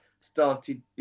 started